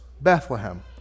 Bethlehem